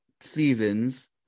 seasons